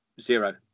zero